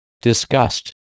Disgust